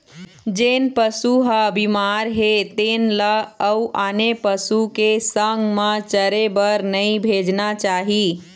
जेन पशु ह बिमार हे तेन ल अउ आने पशु के संग म चरे बर नइ भेजना चाही